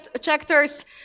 checkers